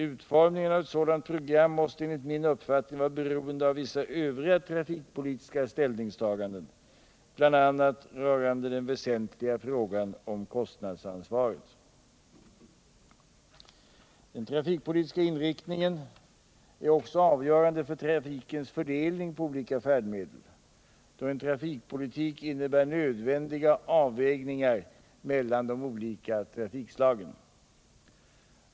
Utformningen av ett sådant program måste enligt min uppfattning vara beroende av vissa övriga trafikpolitiska ställningstaganden, bl.a. rörande den väsentliga frågan om kostnadsansvaret. Den trafikpolitiska inriktningen är också avgörande för trafikens fördelning på olika färdmedel, då en trafikpolitik innebär nödvändiga avvägningar mellan de olika trafikslagen.